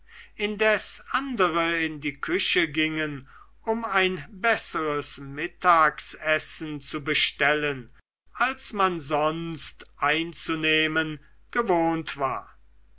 indes andere in die küche gingen um ein besseres mittagsessen zu bestellen als man sonst einzunehmen gewohnt war